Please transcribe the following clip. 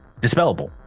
dispellable